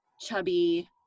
chubby